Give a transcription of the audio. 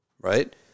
right